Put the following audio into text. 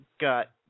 got